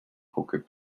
poker